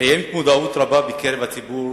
קיימת מודעות רבה בקרב הציבור